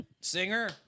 singer